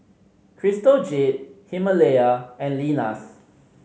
Crystal Jade Himalaya and Lenas